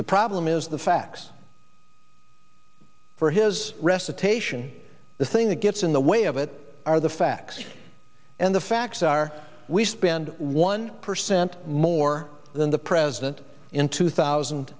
the problem is the facts for his recitation the thing that gets in the way of it are the facts and the facts are we spend one percent more than the president in two thousand